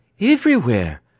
Everywhere